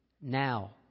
now